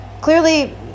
clearly